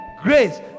grace